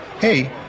Hey